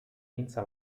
vinse